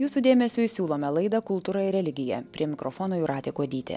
jūsų dėmesiui siūlome laidą kultūra ir religija prie mikrofono jūratė kuodytė